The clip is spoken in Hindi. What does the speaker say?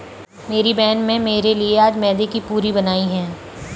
मेरी बहन में मेरे लिए आज मैदे की पूरी बनाई है